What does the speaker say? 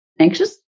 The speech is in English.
anxious